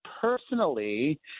personally